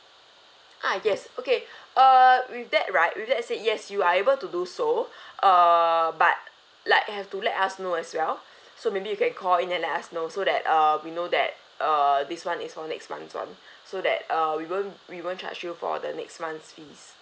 ah yes okay uh with that right with that said yes you are able to do so uh but like have to let us know as well so maybe you can call in then let us know so that uh we know that uh this [one] is for next month's [one] so that uh we won't we won't charge you for the next month's fees